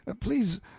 Please